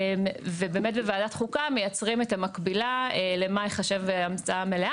בוועדת החוקה מייצרים את המקבילה למה ייחשב המצאה מלאה